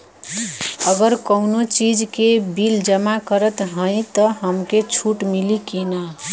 अगर कउनो चीज़ के बिल जमा करत हई तब हमके छूट मिली कि ना?